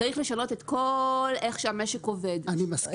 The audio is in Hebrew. צריך לשנות את כל הדרך בה עובד המשק.